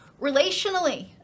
relationally